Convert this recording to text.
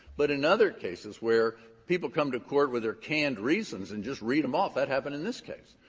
but in other cases where people come to court with their canned reasons and just read them off. that happened in this case,